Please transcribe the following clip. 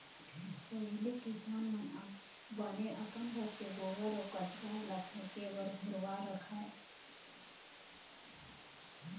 पहिली किसान मन बने अपन घर के गोबर अउ कचरा ल फेके बर घुरूवा रखय